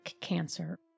cancer